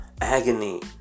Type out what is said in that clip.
agony